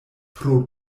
pro